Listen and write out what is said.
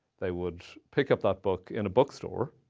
they would pick up that book in a bookstore.